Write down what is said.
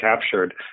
captured